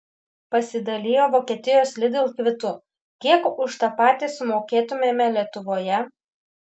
pasidalijo vokietijos lidl kvitu kiek už tą patį sumokėtumėme lietuvoje